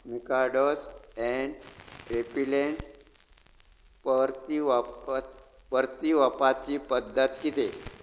मिकाडोज and repellent परती वापत परती वापाची पद्दत कितें